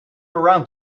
around